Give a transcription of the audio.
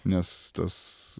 nes tas